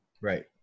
Right